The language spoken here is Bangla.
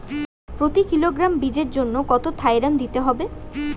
প্রতি কিলোগ্রাম বীজের জন্য কত থাইরাম দিতে হবে?